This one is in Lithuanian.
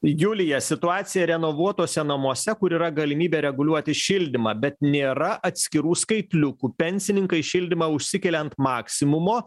julija situacija renovuotuose namuose kur yra galimybė reguliuoti šildymą bet nėra atskirų skaitliukų pensininkai šildymą užsikelia ant maksimumo